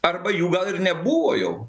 arba jų gal ir nebuvo jau